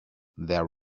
there